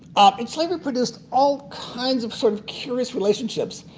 and slavery produced all kinds of sort of curious relationships.